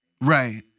Right